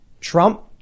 Trump